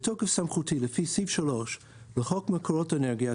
בתוקף סמכותי לפי סעיף 3 לחוק מקורות אנרגיה,